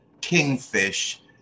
kingfish